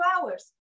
hours